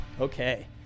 Okay